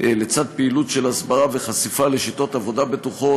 לצד פעילות של הסברה וחשיפה לשיטות עבודה בטוחות.